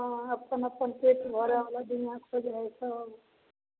हँ अपन अपन पेट भरैवला दुनिआ खोजै हइ सब